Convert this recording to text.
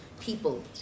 people